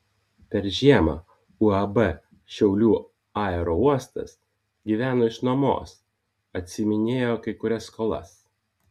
per žiemą uab šiaulių aerouostas gyveno iš nuomos atsiiminėjo kai kurias skolas